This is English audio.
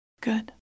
Good